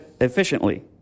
efficiently